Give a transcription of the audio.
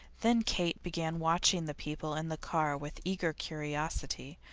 then kate began watching the people in the car with eager curiosity,